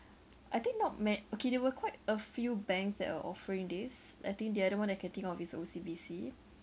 I think not met okay there were quite a few banks that are offering this I think the other one I can think of is O_C_B_C